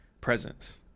presence